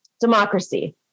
Democracy